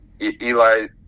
Eli